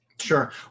Sure